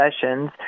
sessions